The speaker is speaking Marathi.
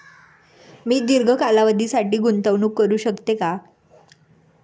मी दीर्घ कालावधीसाठी गुंतवणूक करू शकते का?